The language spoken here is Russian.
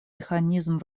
механизм